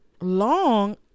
long